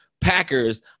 packers